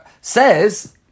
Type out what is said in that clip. says